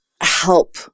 help